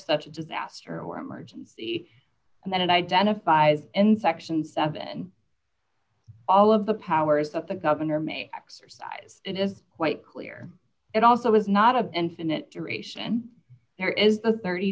such a disaster or emergency and then it identifies in section seven all of the powers that the governor may exercise it is quite clear it also is not of infinite duration there is a thirty